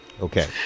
Okay